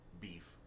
beef